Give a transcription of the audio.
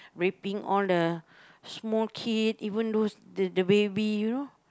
raping all the small kid even those the the baby you know